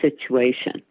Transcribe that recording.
situation